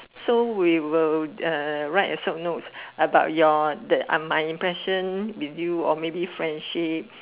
so we will uh write a short note about your that uh my impression with you or maybe friendship